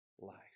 life